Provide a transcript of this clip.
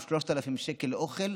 או 3,000 שקל לאוכל,